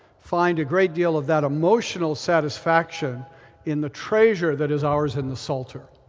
find a great deal of that emotional satisfaction in the treasure that is ours in the psalter.